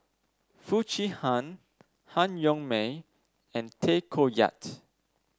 Foo Chee Han Han Yong May and Tay Koh Yat